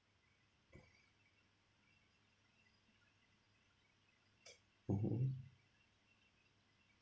mmhmm